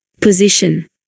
Position